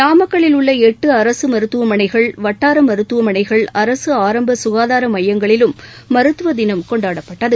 நாமக்கல்லில் உள்ள எட்டு அரசு மருத்துவமனைகள் வட்டார மருத்துவமனைகள் அரசு ஆரம்ப சுகாதார மையங்களிலும் மருத்துவ தினம் கொண்டாடப்பட்டது